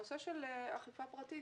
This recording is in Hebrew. הנושא של אכיפה פרטית,